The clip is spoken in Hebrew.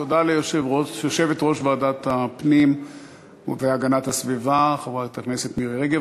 תודה ליושבת-ראש ועדת הפנים והגנת הסביבה חברת הכנסת מירי רגב.